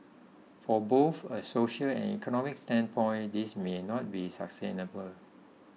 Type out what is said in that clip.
from both a social and economic standpoint this may not be sustainable